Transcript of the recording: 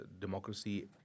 democracy